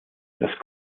das